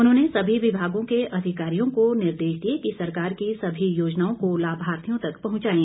उन्होंने सभी विभागों के अधिकारियों को निर्देश दिए कि सरकार की सभी योजनाओं को लाभार्थियों तक पहुंचायें